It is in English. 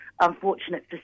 unfortunate